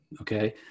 okay